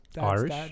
Irish